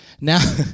Now